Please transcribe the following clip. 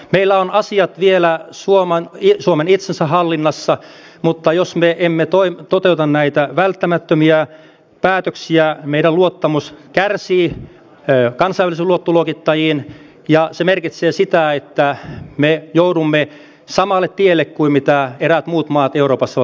meillä on asiat vielä suomen itsensä hallinnassa mutta jos me emme toteuta näitä välttämättömiä päätöksiä meidän luottamuksemme kärsii kansainvälisten luottoluokittajien silmissä ja se merkitsee sitä että me joudumme samalle tielle kuin eräät muut maat euroopassa ovat olleet